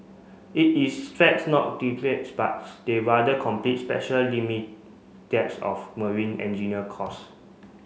it is facts not but they rather complete special limit decks of marine engineer course